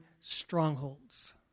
strongholds